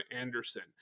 Anderson